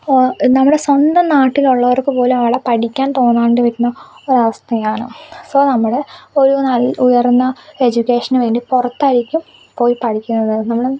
നമ്മുടെ സ്വന്തം നാട്ടിലുള്ളവർക്ക് പോലും അവിടെ പഠിക്കാൻ തോന്നാണ്ട് വരുന്ന ഒരവസ്ഥയാണ് സൊ നമ്മൾ ഒരു നല്ല ഉയർന്ന എജ്യൂക്കേഷന് വേണ്ടി പുറത്തായിരിക്കും പോയി പഠിക്കുന്നത് നമ്മൾ